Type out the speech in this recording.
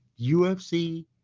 UFC